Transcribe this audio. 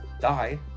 die